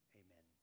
amen